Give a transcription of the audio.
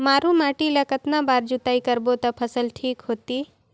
मारू माटी ला कतना बार जुताई करबो ता फसल ठीक होती?